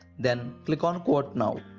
then click on a quote now